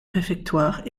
réfectoire